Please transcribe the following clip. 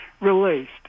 released